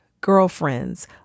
girlfriends